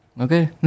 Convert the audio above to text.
okay